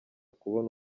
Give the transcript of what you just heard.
kubona